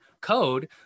code